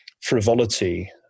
frivolity